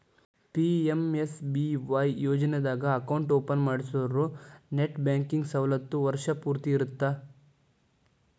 PMSBY ಯೋಜನಾದಾಗ account open ಮಾಡ್ಸಿರೋರು net banking ಸವಲತ್ತು ವರ್ಷ್ ಪೂರ್ತಿ ಇರತ್ತ